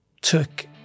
took